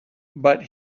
but